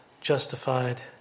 justified